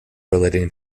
relating